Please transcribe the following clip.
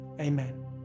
Amen